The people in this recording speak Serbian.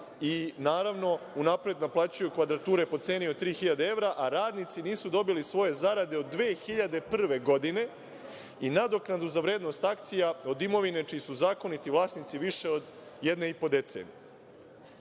i, naravno, unapred naplaćuju kvadrature po ceni od 3000 evra, a radnici nisu dobili svoje zarade od 2001. godine i nadoknadu za vrednost akcija od imovine čiji su zakoniti vlasnici više od jedne